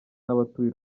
n’abatuye